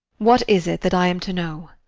what is it that i am to know?